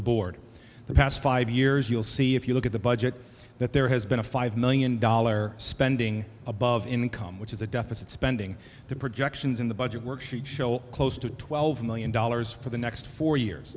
the board the past five years you'll see if you look at the budget that there has been a five million dollar spending above income which is a deficit spending the projections in the budget worksheet show close to twelve million dollars for the next four years